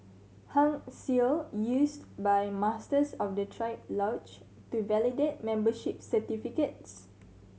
Hung Seal used by Masters of the triad lodge to validate membership certificates